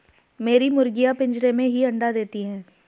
मेरी मुर्गियां पिंजरे में ही अंडा देती हैं